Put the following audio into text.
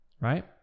right